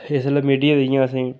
इसलै मीडिया बी इ'यां असें गी